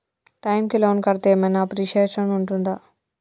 Time కి loan కడ్తే ఏం ఐనా అప్రిషియేషన్ ఉంటదా?